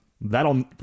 that'll